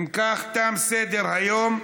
אם כך, תם סדר-היום.